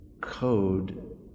code